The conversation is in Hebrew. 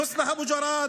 מוסלח אבו ג'ראד.